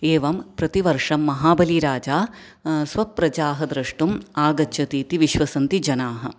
एवं प्रतिवर्षं महाबलिराजा स्वप्रजाः द्रष्टुम् आगच्छति इति विश्वसन्ति जनाः